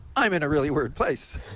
i'm in a really weird place.